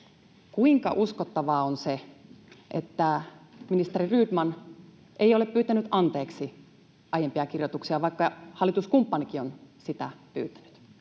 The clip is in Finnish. Kuinka uskottavaa on se, että ministeri Rydman ei ole pyytänyt anteeksi aiempia kirjoituksia, vaikka hallituskumppanikin on sitä pyytänyt?